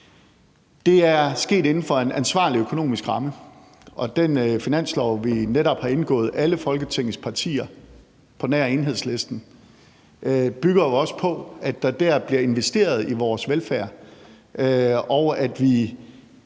Det er sket inden for en ansvarlig økonomisk ramme, og den finanslov, vi netop har indgået, altså alle Folketingets partier på nær Enhedslisten, bygger jo også på, at der bliver investeret i vores velfærd, og at vi